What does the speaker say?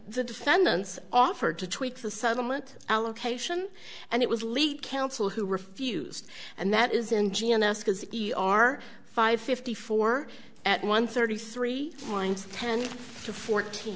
the defendants offered to tweak the settlement allocation and it was late counsel who refused and that is in g m s e r five fifty four at one thirty three lines ten to fourteen